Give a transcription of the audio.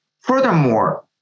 Furthermore